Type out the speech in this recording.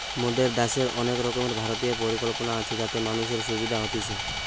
মোদের দ্যাশের অনেক রকমের ভারতীয় পরিকল্পনা আছে যাতে মানুষের সুবিধা হতিছে